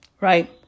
right